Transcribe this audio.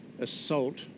assault